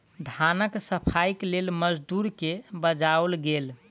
धानक सफाईक लेल मजदूर के बजाओल गेल